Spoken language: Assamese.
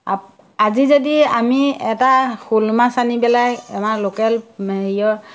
আপ আজি যদি আমি এটা শ'ল মাছ আনি পেলাই আমাৰ লোকেল